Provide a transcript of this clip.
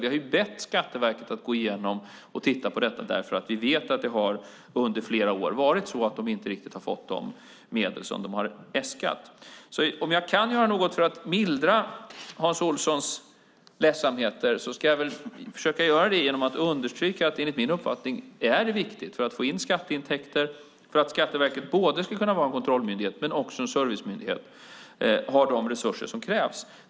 Vi har bett Skatteverket att gå igenom och titta på detta därför att vi vet att det under flera år har varit så att de inte riktigt har fått de medel som de har äskat. Om jag kan göra något för att mildra Hans Olssons ledsamheter ska jag väl försöka göra det genom att understryka att det enligt min uppfattning är viktigt att de för att få in skatteintäkter och för att Skatteverket ska kunna vara både en kontrollmyndighet och en servicemyndighet har de resurser som krävs.